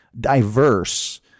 diverse